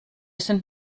sind